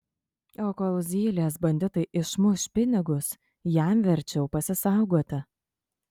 o kol zylės banditai išmuš pinigus jam verčiau pasisaugoti